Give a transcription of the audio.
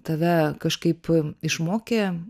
tave kažkaip išmokė